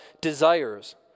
desires